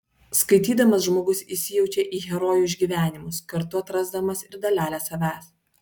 skaitydamas žmogus įsijaučia į herojų išgyvenimus kartu atrasdamas ir dalelę savęs